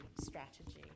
strategy